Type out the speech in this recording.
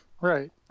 Right